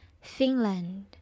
Finland